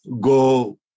go